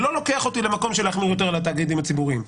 אותי למקום של להחמיר יותר על התאגידים הציבוריים.